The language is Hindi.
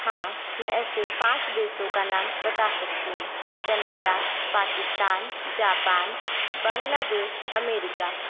हाँ मैं ऐसे पाँच देशों का नाम बता सकती हूँ Canada Pakistan Japan Bangladesh America